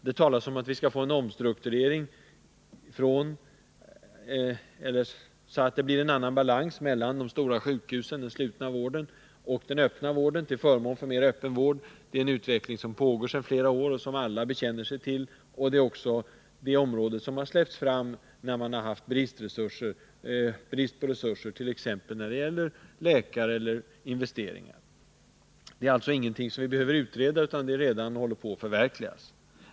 Det talas om att vi behöver en omstrukturering, så att det blir en annan balans mellan de stora sjukhusen — den slutna vården — och den öppna vården, till förmån för mer öppenvård. Det är en utveckling som pågår sedan flera år och som alla bekänner sig till. Det är också det område som har släppts fram när vi har haft brist på resurser, t.ex. i fråga om läkare eller investeringar. Det är alltså ingenting som vi behöver utreda, utan de målen håller redan på att förverkligas.